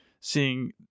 seeing